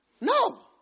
No